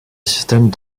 système